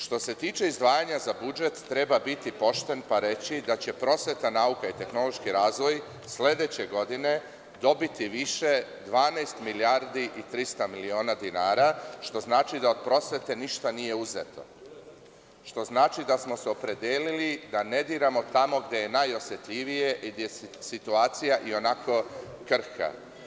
Što se tiče izdvajanja za budžet, treba biti pošten pa reći da će prosveta, nauka i tehnološki razvoj sledeće godine dobiti više 12 milijardi i 300 miliona dinara, što znači da od prosvete ništa nije uzeto, a što znači da smo se opredelili da ne diramo tamo gde je najosetljivije i gde je situacija ionako krhka.